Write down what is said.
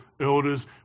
elders